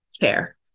care